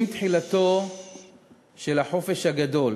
עם תחילתו של החופש הגדול